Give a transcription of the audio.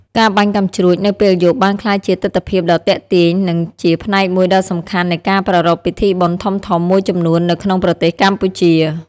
ការបាញ់កាំជ្រួចនៅពេលយប់បានក្លាយជាទិដ្ឋភាពដ៏ទាក់ទាញ និងជាផ្នែកមួយដ៏សំខាន់នៃការប្រារព្ធពិធីបុណ្យធំៗមួយចំនួននៅក្នុងប្រទេសកម្ពុជា។